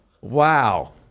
Wow